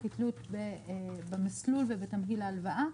כתלוי במסלול ובתמהיל ההלוואה.